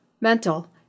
mental